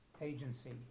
agency